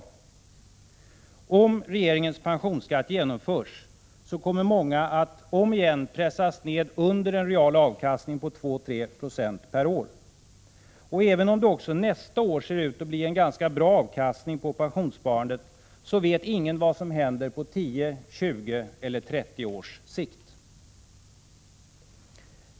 Om regeringens pensionsskatt genomförs kommer många att om igen pressas ned under dessa mellan 2 och 3 26 i avkastning per år. Och även om det också nästa år ser ut att bli en bra avkastning på pensionssparandet, vet ingen vad som händer på 10, 20 eller 30 års sikt.